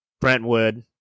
Brentwood